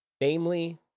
Namely